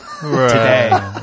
today